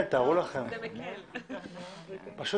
מה זה